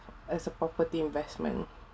as a property investment